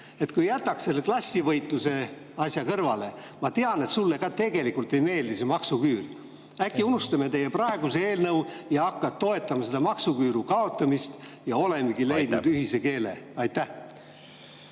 Kui jätaks selle klassivõitluse asja kõrvale? Ma tean, et sulle ka tegelikult ei meeldi see maksuküür. Äkki unustame teie praeguse eelnõu, sa hakkad toetama maksuküüru kaotamist ja olemegi leidnud ühise keele?